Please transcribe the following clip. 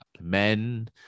men